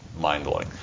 mind-blowing